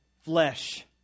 flesh